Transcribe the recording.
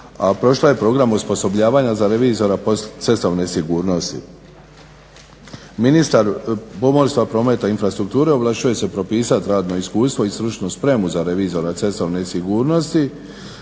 prošla je program osposobljavanja za revizora cestovne sigurnosti. Ministar pomorstva, prometa i infrastrukture ovlašćuje se propisat radno iskustvo i stručnu spremu za revizora cestovne sigurnosti,